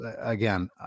again